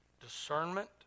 discernment